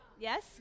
Yes